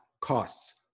Costs